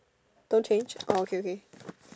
don't change oh okay okay